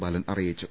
ബാലൻ അറിയിച്ചു